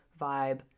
vibe